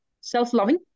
self-loving